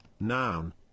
Noun